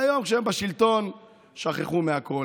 והיום, כשהם בשלטון, הם שכחו מהכול.